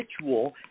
ritual